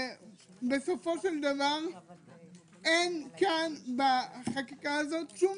בסופו של דבר אין פה בחקיקה הזו שום